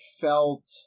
felt